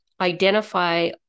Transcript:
identify